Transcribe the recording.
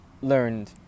learned